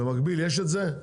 במקביל יש את זה?